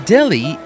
Delhi